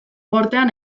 gortean